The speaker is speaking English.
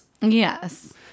Yes